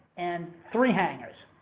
and three hangars?